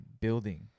building